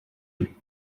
you